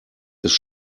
ist